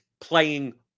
playing